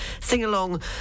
sing-along